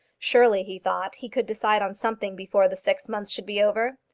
surely, he thought, he could decide on something before the six months should be over.